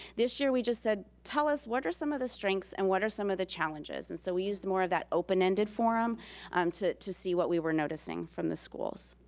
this year, we just said, tell us what are some of the strengths and what are some of the challenges. and so we used more of that open-ended forum um to to see what we were noticing from the schools.